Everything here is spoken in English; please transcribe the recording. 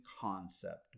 concept